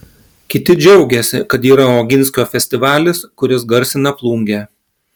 kiti džiaugiasi kad yra oginskio festivalis kuris garsina plungę